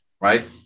right